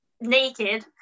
naked